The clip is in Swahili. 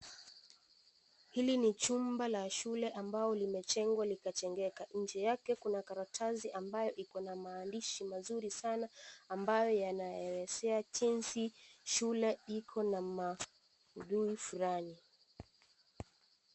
Hili ni chumba la shule ambalo limejengwa na ikajengeka. Nje yake kuna karatisi ambayo iko na maandishi mzuri sana ambayo yanaelezea jinsi shule ipo na maudhui fulani.